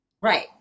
Right